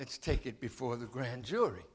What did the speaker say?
let's take it before the grand jury